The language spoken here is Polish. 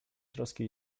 troski